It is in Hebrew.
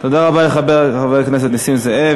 תודה רבה לחבר הכנסת נסים זאב.